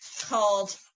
called